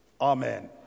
Amen